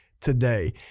today